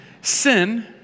sin